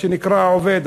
שנקרא העובד,